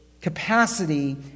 capacity